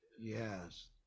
Yes